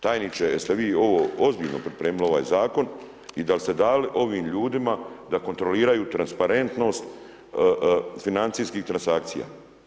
Tajniče, jeste vi ovo ozbiljno pripremili ovaj zakon i da li ste dali ovim ljudima da kontroliraju transparentnost financijskih transakcija?